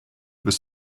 was